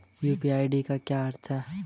UPI का क्या अर्थ है?